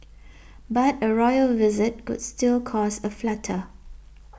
but a royal visit could still cause a flutter